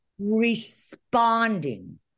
responding